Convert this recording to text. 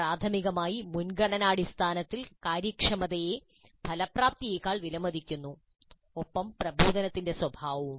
പ്രാഥമികമായി മുൻഗണനാടിസ്ഥാനത്തിൽ കാര്യക്ഷമതയെ ഫലപ്രാപ്തിയെക്കാൾ വിലമതിക്കുന്നു ഒപ്പം പ്രബോധനത്തിന്റെ സ്വഭാവവും